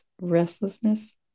restlessness